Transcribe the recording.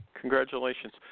congratulations